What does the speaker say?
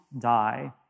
die